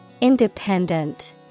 Independent